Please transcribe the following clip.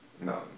No